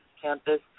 campus